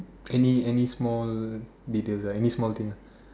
any any small details right any small thing